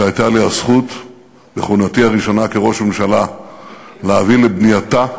שהייתה לי הזכות בכהונתי הראשונה כראש ממשלה להביא לבנייתה.